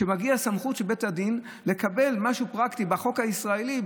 כשמגיעה סמכות של בית הדין לקבל משהו פרקטי בחוק הישראלי,